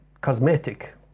cosmetic